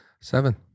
seven